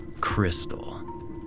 crystal